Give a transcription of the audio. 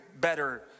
better